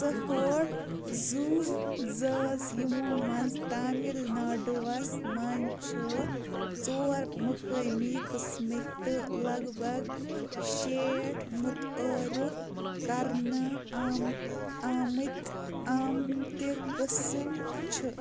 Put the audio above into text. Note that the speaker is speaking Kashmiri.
ژُہٲٹۍ زُوٕ زٲژ یِمو منٛز تامِل ناڈووَس منٛز چھِ ژور مُقٲمی قٕسمٕكۍ تہٕ لَگ بَگ شیٹھ مُتعارُف كَرنہٕ آم آمٕتۍ آمٕتہِ قٕسم چھِ